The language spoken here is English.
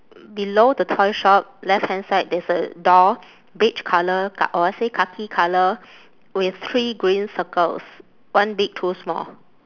below the toy shop left hand side there's a door beige colour kha~ I would say khaki colour with three green circles one big two small